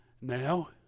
Now